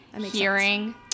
hearing